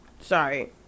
sorry